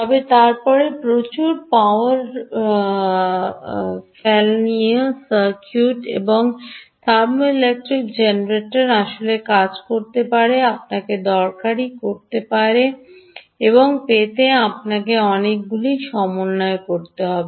তবে তারপরে প্রচুর প্যারাফেরেনালিয়া সার্কিট এবং থার্মোইলেক্ট্রিক জেনারেটরটি আসলে কাজ করতে আপনাকে দরকারী করতে এবং পেতে আপনাকে অনেকগুলি সমন্বয় করতে হবে